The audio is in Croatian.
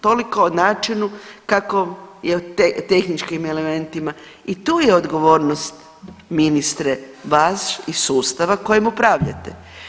Toliko o načinu kako je tehničkim elementima i tu je odgovornost ministre vas i sustava kojim upravljate.